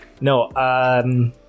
No